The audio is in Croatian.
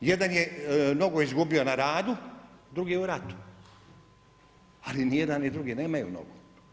Jedan je nogu izgubio na radu, drugi je u ratu, ali nijedan, ni drugi nemaju nogu.